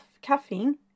caffeine